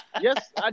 Yes